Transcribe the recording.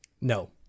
No